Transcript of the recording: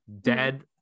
dead